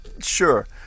sure